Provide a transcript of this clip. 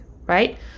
right